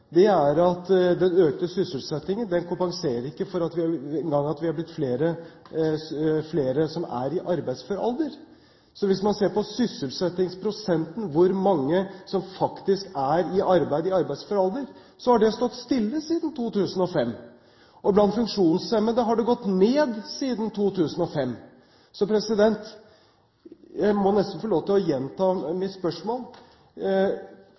Realiteten er at den økte sysselsettingen ikke engang kompenserer for at vi er blitt flere som er i arbeidsfør alder. Hvis man ser på sysselsettingsprosenten – hvor mange som faktisk er i arbeid i arbeidsfør alder – har den stått stille siden 2005. Blant funksjonshemmede har den gått ned siden 2005. Jeg må nesten få lov til å gjenta